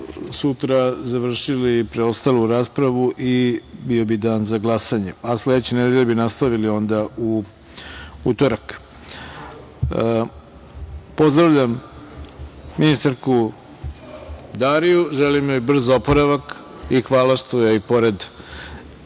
sutra završili preostalu raspravu i bio bi dan za glasanje. Sledeće nedelje bi nastavili u utorak. Pozdravljam ministarku Dariju, želim joj brz oporavak i hvala joj što je pored